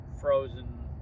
frozen